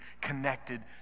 connected